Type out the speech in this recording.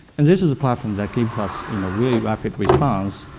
and this is a platform that gives us you know really rapid response.